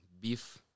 beef